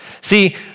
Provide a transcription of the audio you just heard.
See